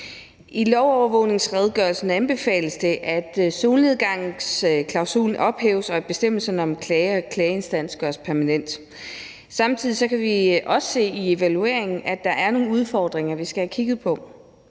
I lovovervågningsredegørelsen anbefales det, at solnedgangsklausulen ophæves, og at bestemmelsen om klager og en klageinstans gøres permanent. Samtidig kan vi også se i evalueringen, at der er nogle udfordringer, som vi skal have kigget på.